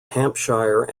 hampshire